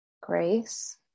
grace